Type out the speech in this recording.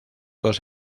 dos